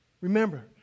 Remember